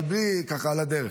אבל רק ככה על הדרך,